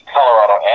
Colorado